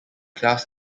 class